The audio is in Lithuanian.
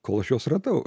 kol aš juos radau